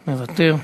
מוותר.